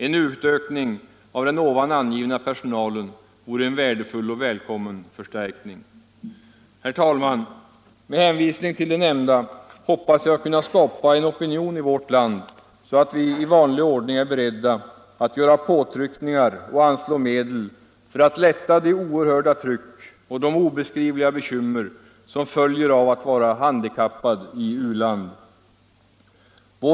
En utökning av den här angivna personalen vore en värdefull och välkommen förstärkning. Herr talman! Med hänvisning till det nämnda hoppas jag att vi skall Nr 40 kunna skapa en opinion i vårt land, så att vi i vanlig ordning är beredda Onsdagen den att göra påtryckningar och anslå medel för att lätta det oerhörda tryck 19 mars 1975 och de obeskrivliga bekymmer som följer av att vara handikappad i u land.